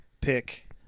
pick